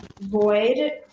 void